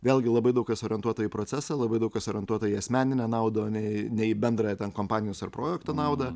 vėlgi labai daug kas orientuota į procesą labai daug kas orientuota į asmeninę naudą o ne į nei į bendrąją ten kompanijos ar projekto naudą